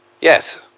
Yes